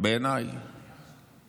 בעיניי